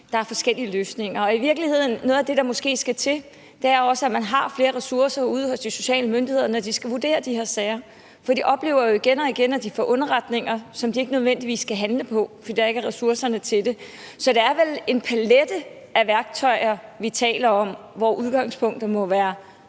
der er forskellige løsninger. I virkeligheden er noget af det, der måske skal til, at de har flere ressourcer ude hos de sociale myndigheder, når de skal vurdere de her sager, for de oplever jo igen og igen, at de får underretninger, som de ikke nødvendigvis kan handle på, fordi de ikke har ressourcerne til det. Så det er vel en palet af værktøjer, vi taler om, hvor udgangspunktet må være